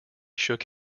shook